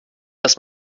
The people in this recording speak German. dass